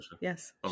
Yes